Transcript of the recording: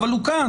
אבל הוא כאן,